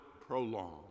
prolong